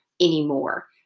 anymore